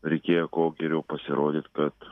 reikėjo kuo geriau pasirodyt kad